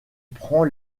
prend